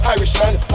Irishman